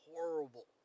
horrible